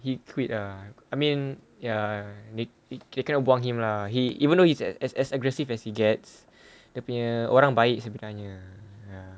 he quit lah I mean ya it they kind of buang him lah he even though he is as as as aggressive as he gets dia punya orang baik sebenarnya